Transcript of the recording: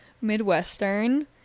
Midwestern